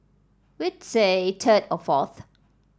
we'd say third or fourth